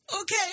Okay